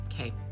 okay